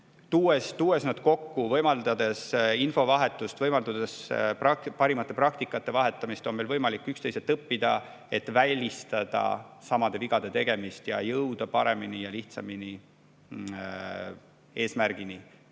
tuues nad kokku. Võimaldades infovahetust ja parimate kogemuste vahetamist, on meil võimalik üksteiselt õppida, et välistada samade vigade tegemist ning jõuda paremini ja lihtsamini eesmärgini.